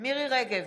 מירי מרים רגב,